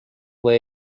või